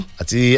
ati